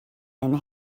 and